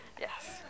yes